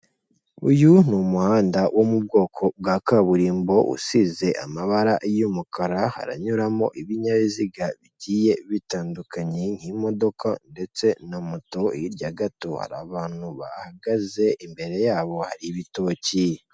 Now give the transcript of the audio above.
Uyu ni umuhanda wo mu bwoko bwa kaburimbo usize amabara y'umukara, haranyuramo ibinyabiziga bigiye bitandukanye, nk'imodoka ndetse na moto, hirya gato hari abantu bahagaze, imbere yabo hari ibitoki.